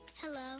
Hello